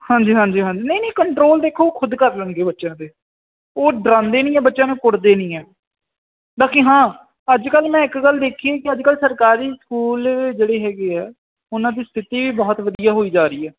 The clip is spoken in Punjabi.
ਹਾਂਜੀ ਹਾਂਜੀ ਨਹੀਂ ਨਹੀਂ ਕੰਟਰੋਲ ਦੇਖੋ ਖੁਦ ਕਰ ਲੈਣਗੇ ਬੱਚਿਆਂ ਤੇ ਉਹ ਡਰਾਉਂਦੇ ਨਹੀਂ ਬੱਚਿਆਂ ਨੂੰ ਕੁੱਟਦੇ ਨਹੀਂ ਆ ਬਾਕੀ ਹਾਂ ਅੱਜ ਕੱਲ ਮੈਂ ਇੱਕ ਗੱਲ ਦੇਖੀ ਕਿ ਅੱਜਕੱਲ ਸਰਕਾਰੀ ਸਕੂਲ ਜਿਹੜੇ ਹੈਗੇ ਆ ਉਹਨਾਂ ਦੀ ਸਥਿਤੀ ਵੀ ਬਹੁਤ ਵਧੀਆ ਹੋਈ ਜਾ ਰਹੀ ਹੈ